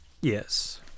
Yes